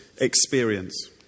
experience